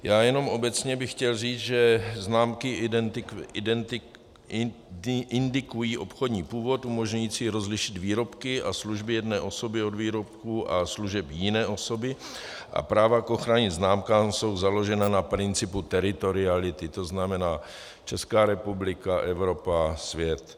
Já jenom obecně bych chtěl říct, že známky indikují obchodní původ umožňující rozlišit výrobky a služby jedné osoby od výrobků a služeb jiné osoby a práva k ochranným známkám jsou založena na principu teritoriality, to znamená Česká republika, Evropa, svět.